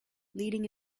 leading